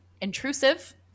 intrusive